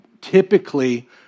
typically